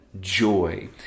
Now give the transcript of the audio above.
joy